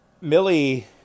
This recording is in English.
Millie